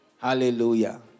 Hallelujah